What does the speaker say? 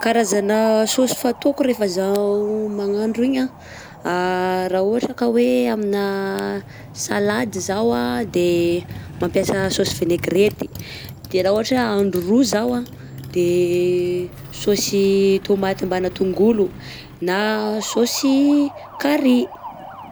Karazana saosy fantaoko refa zaho mahandro iny a, ra ohatra ka oe amina salady zao a, de mampiasa saosy vinaigrety, de ra ohatra ka oe ahandro ro zao a de saosy tomaty mbana tongolo, na saosy kary.